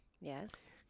Yes